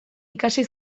ikasi